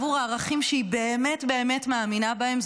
בעבור הערכים שהיא באמת באמת מאמינה בהם,